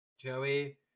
Joey